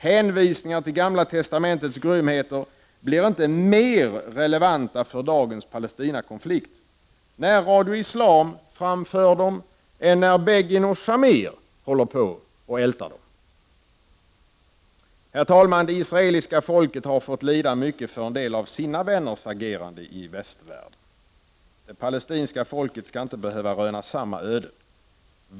Hänvisningar till gamla testamentets grymheter blir inte mer relevanta för dagens Palestinakonflikt när Radio Islam framför dem än när Begin och Shamir ältar det. Herr talman! Det israeliska folket har fått lida mycket för en del av sina vänners agerande i västvärlden. Det palestinska folket skall inte behöva röna samma öde.